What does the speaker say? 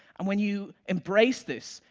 and when you embrace this,